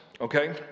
Okay